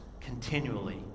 continually